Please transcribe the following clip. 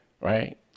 right